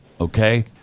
Okay